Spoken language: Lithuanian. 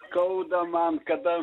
skauda man kada